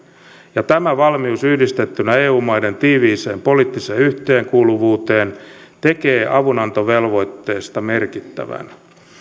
ja tämä valmius yhdistettynä eu maiden tiiviiseen poliittiseen yhteenkuuluvuuteen tekee avunantovelvoitteesta merkittävän